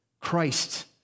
Christ